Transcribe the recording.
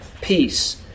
peace